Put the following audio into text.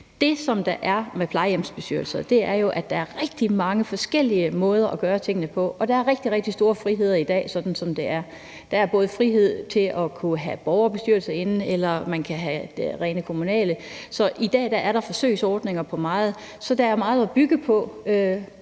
Det, som der er med plejehjemsbestyrelser, er jo, at der er rigtig mange forskellige måder at gøre tingene på, og der er rigtig, rigtig store friheder, som det er i dag. Der er både frihed til at kunne have borgerbestyrelser, og man kan have rent kommunale. Så i dag er der forsøgsordninger på mange måder, så der er meget at bygge på.